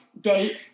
date